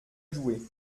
jouer